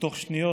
בתוך שניות,